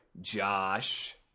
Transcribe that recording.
Josh